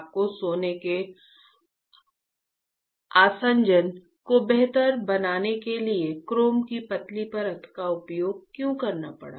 आपको सोने के आसंजन को बेहतर बनाने के लिए क्रोम की पतली परत का उपयोग क्यों करना पड़ा